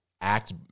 act